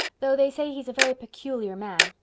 though they say he's a very peculiar man.